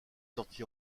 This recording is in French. sorti